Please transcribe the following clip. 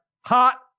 Hot